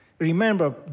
Remember